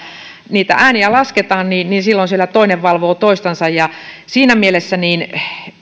niitä ääniä lasketaan niin niin silloin siellä toinen valvoo toistansa siinä mielessä